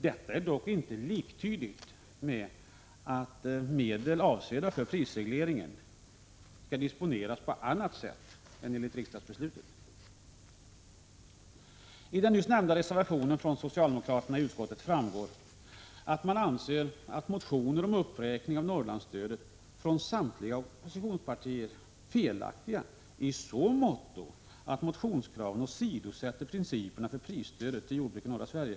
Detta är dock inte liktydigt med att medel avsedda för prisregleringen skall disponeras på annat sätt än enligt riksdagens beslut. Av den nyss nämnda reservationen från socialdemokraterna i utskottet framgår att man anser att motionerna från samtliga oppositionspartier om uppräkning av Norrlandsstödet är felaktiga i så måtto att motionskraven åsidosätter principerna för prisstödet till jordbruket i norra Sverige.